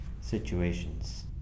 situations